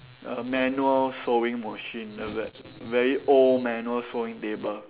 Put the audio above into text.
a manual sewing machine the ve~ very old manual sewing table